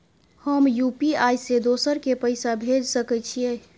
हम यु.पी.आई से दोसर के पैसा भेज सके छीयै?